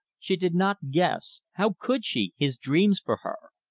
she did not guess how could she his dreams for her.